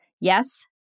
Yes